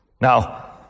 Now